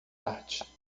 arte